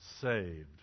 saved